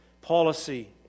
policy